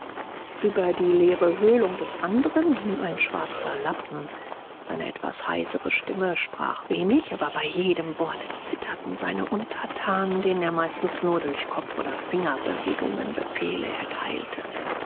über die leere höhlung des andren hing ein schwarzer lappen seine etwas heisere stimme sprach wenig aber bei jedem wort zitterten seine untertanen denen er meistens nur durch kopf oder fingerbewegungen befehle erteilte